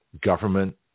government